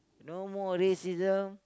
no more racism